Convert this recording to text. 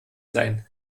sein